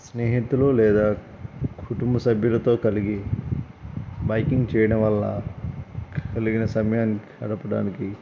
స్నేహితులు లేదా కుటుంబ సభ్యులతో కలిగి బైకింగ్ చేయడం వల్ల కలిగిన సమయాన్ని గడపడానికి